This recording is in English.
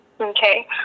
Okay